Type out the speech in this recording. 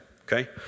okay